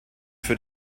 für